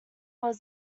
were